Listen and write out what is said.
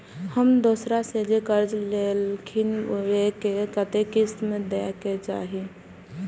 हम दोसरा से जे कर्जा लेलखिन वे के कतेक किस्त में दे के चाही?